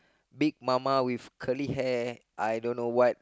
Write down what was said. Big Mama with curly hair I don't know what